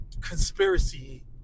conspiracy